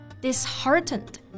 disheartened